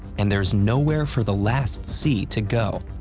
and there's nowhere for the last c to go.